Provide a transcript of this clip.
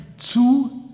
zu